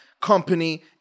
company